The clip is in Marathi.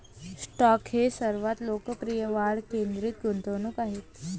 स्टॉक हे सर्वात लोकप्रिय वाढ केंद्रित गुंतवणूक आहेत